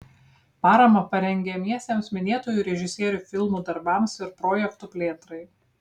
paramą parengiamiesiems minėtųjų režisierių filmų darbams ir projektų plėtrai